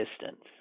distance